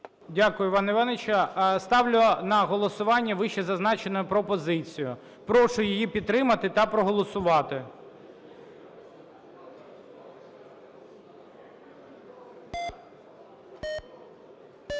Дякую, Іван, Іванович. Ставлю на голосування вищезазначену пропозицію. Прошу її підтримати та проголосувати.